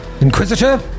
Inquisitor